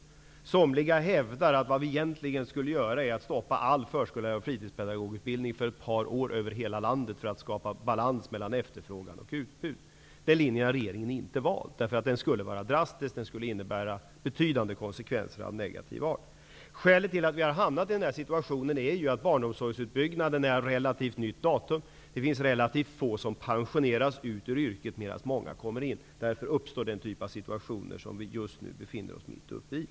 Somliga hävdar att vi egentligen skulle stoppa all förskollärar och fritidspedagogutbildning över hela landet i ett par år för att skapa balans mellan efterfrågan och utbud. Den linjen har regeringen inte valt, därför att den är drastisk och skulle innebära betydande konsekvenser av negativ art. Skälet till att vi har hamnat i denna situation är att barnomsorgsutbyggnaden är av relativt nytt datum. Det finns relativt få som pensioneras från yrket, men många kommer till. Därför uppstår den typ av situationer som vi just nu befinner oss mitt uppe i.